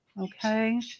Okay